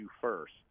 first